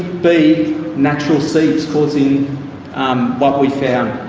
be natural seeps causing what we found.